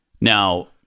Now